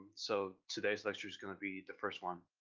so today's lecture is gonna be the first one,